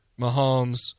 Mahomes